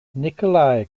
nikolai